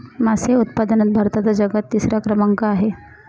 मासे उत्पादनात भारताचा जगात तिसरा क्रमांक आहे